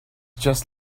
just